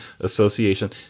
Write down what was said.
association